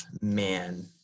man